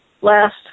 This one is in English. last